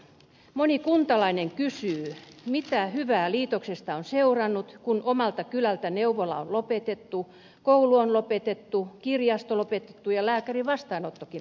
moni kuntalainen kysyy mitä hyvää liitoksesta on seurannut kun omalta kylältä neuvola on lopetettu koulu on lopetettu kirjasto lopetettu ja lääkärin vastaanottokin lopetettu